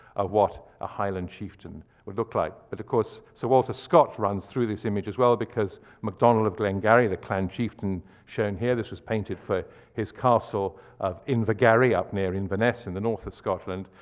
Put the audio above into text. of what a highland chieftan would look like. but of course, sir walter scott runs through this image as well, because macdonnell of glengarry, the clan chieftan shown here, this was painted for his castle of invergarry up near inverness in the north of scotland.